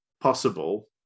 possible